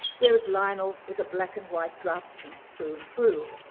whereas lionel was a black and white draftsman through and through.